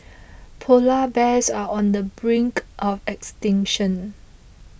Polar Bears are on the brink of extinction